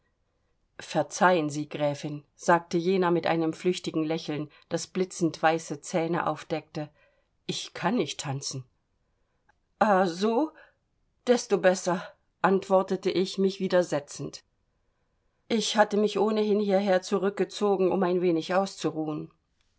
verzeihen sie gräfin sagte jener mit einem flüchtigen lächeln das blitzend weiße zähne aufdeckte ich kann nicht tanzen ah so desto besser antwortete ich mich wieder setzend ich hatte mich ohnehin hierher zurückgezogen um ein wenig auszuruhen